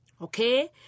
Okay